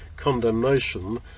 condemnation